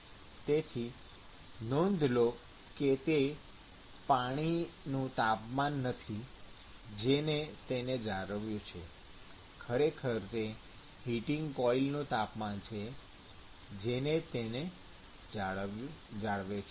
તેથી નોંધ લો કે તે પાણીનું તાપમાન નથી જેણે તેને જાળવ્યું છે ખરેખર તે હીટિંગ કોઇલનું તાપમાન છે જે તેને જાળવે છે